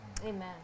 Amen